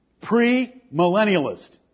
Pre-millennialist